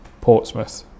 portsmouth